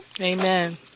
amen